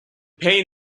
pain